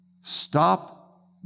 stop